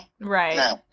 Right